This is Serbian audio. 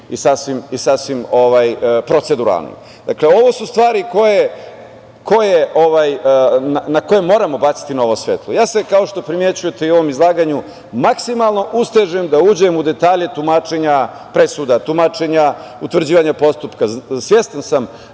i sasvim proceduralnim. Dakle, ovo su stvari na koje moramo baciti svetlo. Kao što primećujete, ja se u izlaganju maksimalno ustežem da uđem u detalje tumačenja presuda, utvrđivanja postupka. Svestan sam